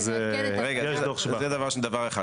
זה דבר אחד.